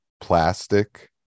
plastic